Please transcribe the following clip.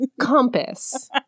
compass